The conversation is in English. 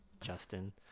Justin